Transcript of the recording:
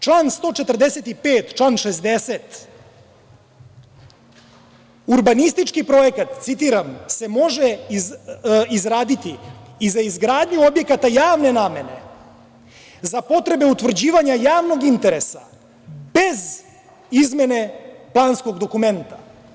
Član 145, član 60. – urbanistički projekat se, citiram, može izraditi i za izgradnju objekata javne namene, za potrebe utvrđivanja javnog interesa, bez izmene planskog dokumenta.